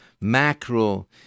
mackerel